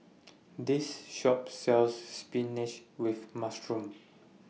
This Shop sells Spinach with Mushroom